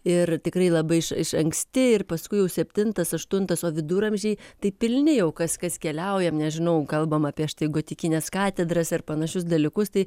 ir tikrai labai iš iš anksti ir paskui jau septintas aštuntas o viduramžiai tai pilni jau kas kas keliaujam nežinau kalbam apie štai gotikines katedras ar panašius dalykus tai